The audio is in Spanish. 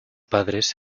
padres